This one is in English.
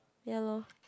ya lor